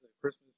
Christmas